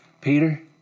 Peter